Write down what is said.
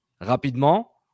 Rapidement